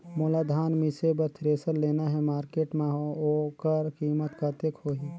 मोला धान मिसे बर थ्रेसर लेना हे मार्केट मां होकर कीमत कतेक होही?